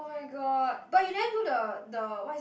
oh-my-god but you never do the the what is that